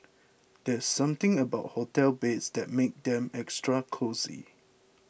there's something about hotel beds that makes them extra cosy